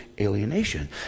alienation